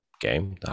game